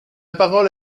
parole